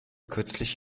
kürzlich